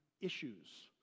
issues